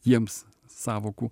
jiems sąvokų